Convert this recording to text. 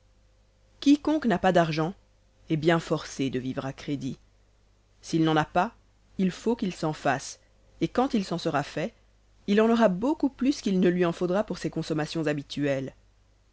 quiconque n'a pas d'argent est bien forcé de vivre à crédit s'il n'en a pas il faut qu'il s'en fasse et quand il s'en sera fait il en aura beaucoup plus qu'il ne lui en faudra pour ses consommations habituelles